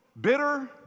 bitter